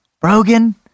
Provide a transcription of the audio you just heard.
Brogan